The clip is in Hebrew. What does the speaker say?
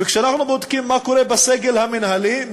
וכשאנחנו בודקים מה קורה בסגל המינהלי,